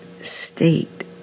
state